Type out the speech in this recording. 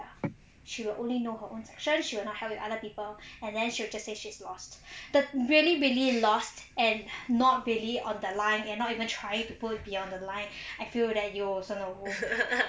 ya she will only know her own section she will not help with other people and then she will just say she is lost the really really lost and not really on the line and not even trying to be on the line I feel that you also know